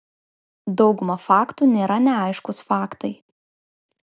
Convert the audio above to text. dauguma faktų nėra neaiškūs faktai